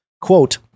Quote